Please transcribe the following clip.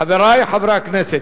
חברי חברי הכנסת,